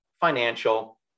financial